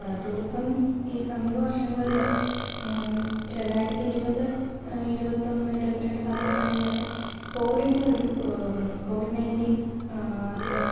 tourism ഈ സമീപ വർഷങ്ങളില് രണ്ടായിരത്തി ഇരുപത് ഇരുപത്തിയൊന്ന് ഇരുപത്തിരണ്ട് കാലഘട്ടങ്ങളിലൊക്കെ കോവിഡിൻ്റെ ഒരു കോവിഡ് നയൻറ്റീൻ അസുഖം